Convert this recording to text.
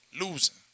losing